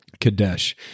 Kadesh